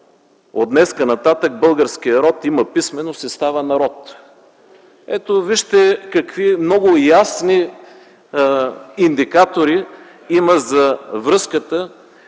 „От днеска нататък българският род има писменост и става народ”. Вижте какви много ясни индикатори има за връзката